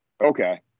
Okay